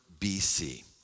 BC